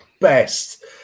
best